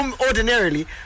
ordinarily